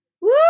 Woo